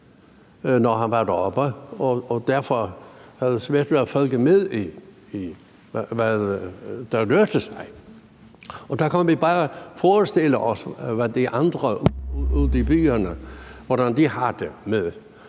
når han var deroppe, og derfor havde svært ved at følge med i, hvad der rørte sig. Og der kan vi bare forestille os, hvordan de andre ude i byerne har det med